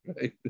right